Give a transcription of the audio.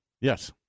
Yes